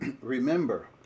remember